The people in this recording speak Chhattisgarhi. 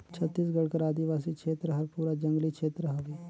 छत्तीसगढ़ कर आदिवासी छेत्र हर पूरा जंगली छेत्र हवे